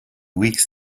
weeks